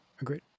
Agreed